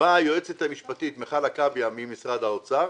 באה היועצת המשפטית מיכל עכביה ממשרד האוצר.